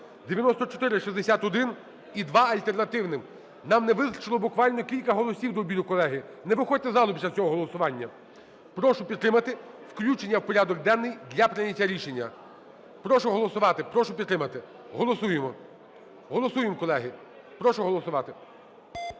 (9461) і два альтернативних. Нам не вистачило буквально кілька голосів до обіду, колеги. Не виходьте із залу під час цього голосування. Прошу підтримати включення в порядок денний для прийняття рішення. Прошу голосувати, прошу підтримати, голосуємо, голосуємо, колеги, прошу голосувати.